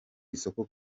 isoko